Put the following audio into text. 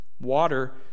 Water